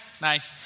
Nice